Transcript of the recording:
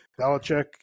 Belichick